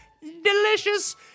delicious